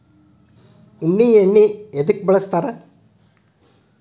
ಉಣ್ಣಿ ಎಣ್ಣಿ ಎದ್ಕ ಬಳಸ್ತಾರ್?